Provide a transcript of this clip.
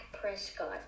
Prescott